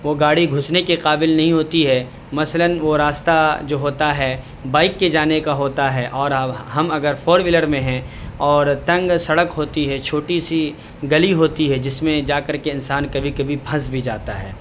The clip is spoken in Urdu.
وہ گاڑی گھسنے کے قابل نہیں ہوتی ہے مثلاً وہ راستہ جو ہوتا ہے بائک کے جانے کا ہوتا ہے اور ہم اگر فور وہیلر میں ہیں اور تنگ سڑک ہوتی ہے چھوٹی سی گلی ہوتی ہے جس میں جا کر کے انسان کبھی کبھی پھنس بھی جاتا ہے